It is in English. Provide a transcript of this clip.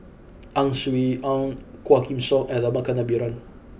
Ang Swee Aun Quah Kim Song and Rama Kannabiran